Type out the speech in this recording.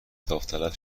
داوطلب